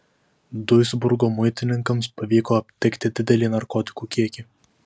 duisburgo muitininkams pavyko aptikti didelį narkotikų kiekį